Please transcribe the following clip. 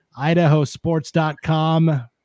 IdahoSports.com